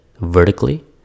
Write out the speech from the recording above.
vertically